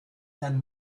then